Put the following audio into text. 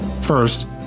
First